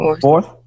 Fourth